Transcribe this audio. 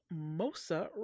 Mosa